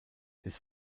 des